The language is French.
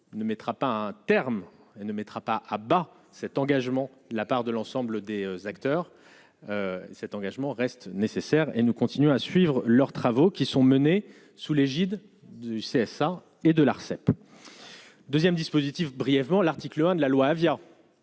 ne mettra pas un terme et ne mettra pas ah bah cet engagement, la part de l'ensemble des acteurs cet engagement reste nécessaire et nous continuons à suivre leurs travaux qui sont menés sous l'égide du CSA et de l'Arcep 2ème dispositif brièvement l'article 1 de la loi Avia.